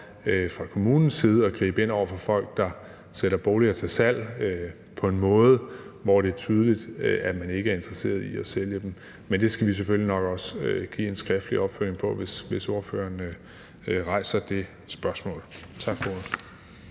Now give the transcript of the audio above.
fra kommunens side at gribe ind over for folk, der sætter boliger til salg på en måde, hvor det er tydeligt, at man ikke er interesseret i at sælge dem. Men det skal vi selvfølgelig nok også give en skriftlig opfølgning på, hvis ordførerne rejser det spørgsmål. Tak for ordet.